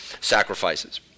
sacrifices